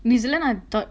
new zealand I thought